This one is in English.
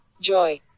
Joy